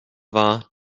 war